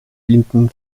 dienten